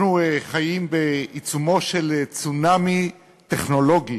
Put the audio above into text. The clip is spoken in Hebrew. אנחנו חיים בעיצומו של צונאמי טכנולוגי,